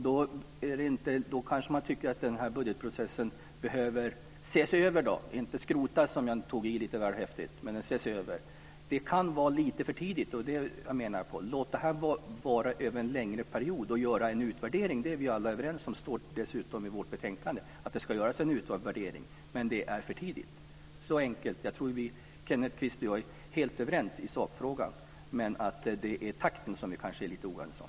Då kanske man tycker att den här budgetprocessen behöver ses över - inte skrotas, som jag väl tog i lite väl häftigt. Men det kan vara lite för tidigt, och det är det jag menar: Låt det här vara över en längre period. Att göra en utvärdering är vi alla överens om, och det står dessutom i vårt betänkande att det ska göras en utvärdering, men det är för tidigt. Så enkelt är det. Jag tror att Kenneth Kvist och jag är helt överens i sakfrågan, men det är takten som vi kanske är lite oense om.